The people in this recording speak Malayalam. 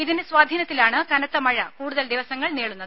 ഇതിന്റെ സ്വാധീനത്തിലാണ് കനത്തമഴ കൂടുതൽ ദിവസങ്ങൾ നീളുന്നത്